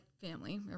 family